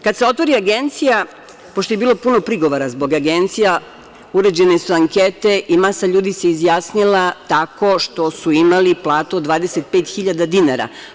Kad se otvori agencija, pošto je bilo puno prigovora zbog agencija, urađene su ankete i masa ljudi se izjasnila tako što su imali platu od 25.000 dinara.